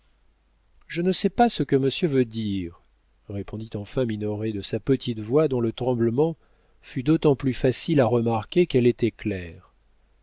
je ne sais pas ce que monsieur veut dire répondit enfin minoret de sa petite voix dont le tremblement fut d'autant plus facile à remarquer qu'elle était claire